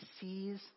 sees